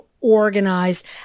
organized